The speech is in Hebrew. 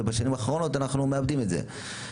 ובשנים האחרונות אנחנו מאבדים את זה.